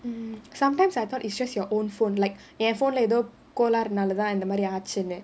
hmm sometimes I thought it's just your own phone like என்:en phone leh ஏதோ:edho தான் இந்த மாதிரி ஆச்சுனு:dhaan intha maathiri aachunu